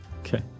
Okay